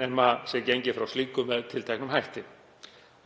nema gengið sé frá slíku með tilteknum hætti.